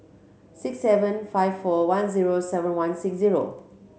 six seven five four one zero seven one six zero